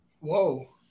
Whoa